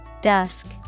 Dusk